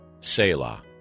Selah